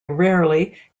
rarely